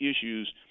issues